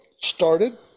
started